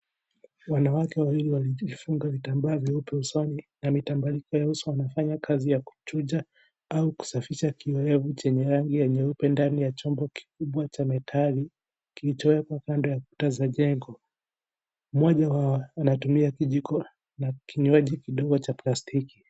Wanawake wawili walijifunga vitambaa vyeupe usoni na mitambariko ya uso wanafanya kazi ya kuchunja au kusafisha kiyowevu chenye rangi ya nyeupe ndani ya chombo kikubwa cha metali kilichowekwa kando ya kuta za jengo, mmoja wao anatumia kijiko na kinywaji kidogo cha plastiki.